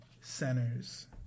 centers